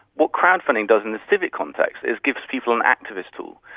what crowd-funding does in the civic contest is give people an activist tool,